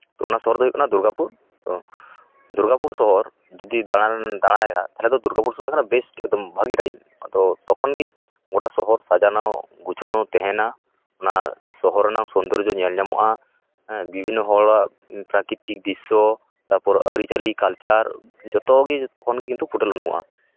ᱚᱱᱟ ᱥᱚᱦᱚᱨ ᱫᱚ ᱦᱩᱭᱩᱜ ᱠᱟᱱᱟ ᱫᱩᱨᱜᱟᱯᱩᱨ ᱛᱚ ᱫᱩᱨᱜᱟᱯᱩᱨ ᱥᱚᱦᱚᱨ ᱡᱩᱫᱤᱢ ᱫᱟᱬᱟ ᱫᱟᱬᱟᱭᱟ ᱛᱟᱦᱞᱮ ᱫᱩᱨᱜᱟᱯᱩᱨ ᱥᱚᱦᱚᱨ ᱵᱮᱹᱥᱴ ᱵᱷᱟᱹᱜᱤ ᱴᱟᱭᱤᱢ ᱛᱚᱠᱷᱚᱱ ᱜᱮ ᱜᱚᱴᱟ ᱥᱚᱦᱚᱨ ᱥᱟᱡᱟᱱᱳ ᱜᱩᱪᱷᱟᱱᱳ ᱛᱟᱦᱮᱱᱟ ᱚᱱᱟ ᱥᱚᱦᱚᱨ ᱨᱮᱱᱟᱜ ᱥᱳᱱᱫᱚᱨᱡᱚ ᱧᱮᱞ ᱧᱟᱢᱚᱜᱼᱟ ᱦᱮᱸ ᱵᱤᱵᱷᱤᱱᱱᱚ ᱦᱚᱲᱟᱜ ᱯᱨᱟᱠᱨᱤᱛᱤᱠ ᱫᱨᱤᱥᱥᱚ ᱛᱟᱨᱯᱚᱨ ᱟᱹᱨᱤᱪᱟᱹᱞᱤ ᱠᱟᱞᱪᱟᱨ ᱡᱚᱛᱚᱜᱮ ᱛᱚᱠᱷᱚᱱ ᱫᱚ ᱠᱤᱱᱛᱩ ᱯᱷᱚᱴᱮᱞ ᱜᱟᱱᱚᱜᱼᱟ